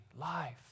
life